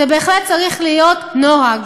זה בהחלט צריך להיות נוהג.